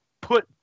put